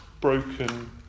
broken